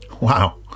Wow